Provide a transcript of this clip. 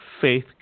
faith